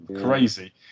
crazy